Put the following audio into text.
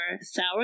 sour